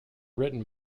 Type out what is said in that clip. written